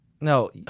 no